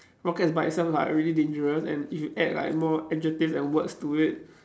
rockets by itself like already dangerous and if you add like more adjectives and words to it